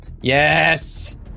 Yes